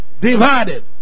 divided